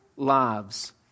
lives